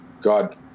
God